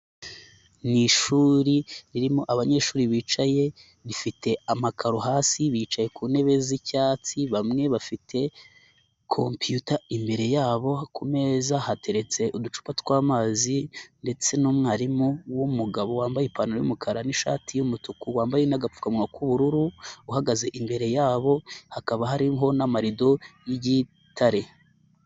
Ni ishuri ririmo abanyeshuri bicaye, rifite amakaro hasi, bicaye ku ntebe z'icyatsi, bamwe bafite kompiyuta imbere yabo, ku meza hateretse uducupa tw'amazi ndetse n''umwarimu wumugabo wambaye ipantaro y'umukara n'ishati y'umutuku wambaye n'agapfukawa k'ubururu uhagaze imbere yabo, hakaba hari n'amarido y'igitare.